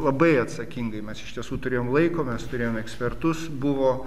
labai atsakingai mes iš tiesų turėjom laiko mes turėjom ekspertus buvo